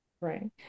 Right